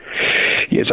Yes